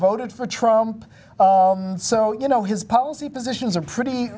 voted for trump so you know his policy positions are pretty